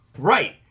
Right